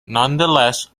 nonetheless